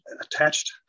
attached